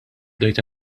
bdejt